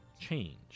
change